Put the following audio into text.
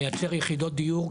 לייצר יחידות דיור,